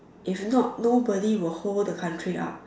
if not nobody will hold the country up